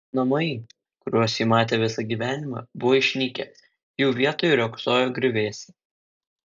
namai kuriuos ji matė visą gyvenimą buvo išnykę jų vietoj riogsojo griuvėsiai